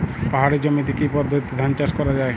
পাহাড়ী জমিতে কি পদ্ধতিতে ধান চাষ করা যায়?